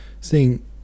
seeing